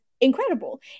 incredible